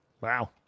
wow